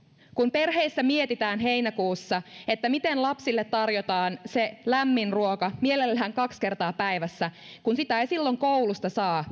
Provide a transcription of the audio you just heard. perheissä mietitään heinäkuussa miten lapsille tarjotaan se lämmin ruoka mielellään kaksi kertaa päivässä kun sitä lämmintä ruokaa ei silloin koulusta saa